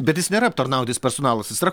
bet jis nėra aptarnaujantis personalas jis yra